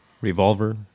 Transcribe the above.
Revolver